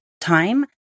time